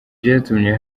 byatumye